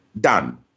done